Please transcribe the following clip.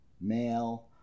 male